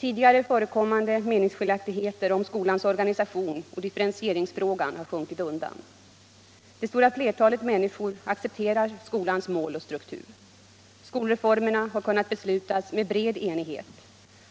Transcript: Tidigare förekommande meningsskiljaktigheter om skolans organisation och i differentieringsfrågan har sjunkit undan. Det stora flertalet människor accepterar skolans mål och struktur. Skolreformerna har kunnat beslutas i bred enighet.